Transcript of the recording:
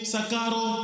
Sakaro